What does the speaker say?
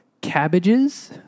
cabbages